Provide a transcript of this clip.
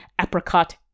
Apricot